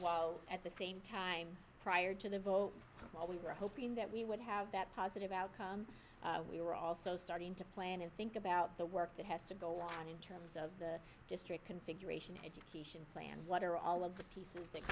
while at the same time prior to the vote all we were hoping that we would have that positive outcome we were also starting to plan and think about the work that has to go on in terms of the district configuration education plan what are all of the pieces that